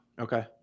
Okay